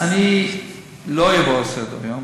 אני לא אעבור לסדר-היום.